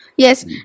Yes